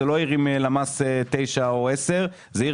זאת לא עיר עם למ"ס 9 או 10 אלא זו עיר